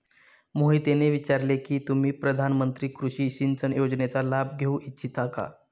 मोहितने विचारले की तुम्ही प्रधानमंत्री कृषि सिंचन योजनेचा लाभ घेऊ इच्छिता का?